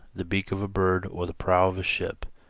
the beak of a bird or the prow of a ship.